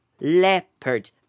leopard